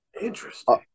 Interesting